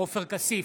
עופר כסיף,